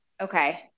Okay